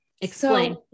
explain